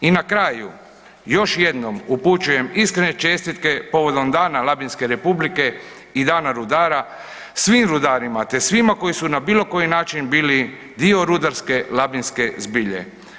I na kraju, još jednom upućujem iskrene čestitke povodom Dana Labinske republike i Dana rudara svim rudarima te svima koji su na bilo koji način bili dio rudarske labinske zbilje.